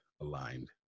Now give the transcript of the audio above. aligned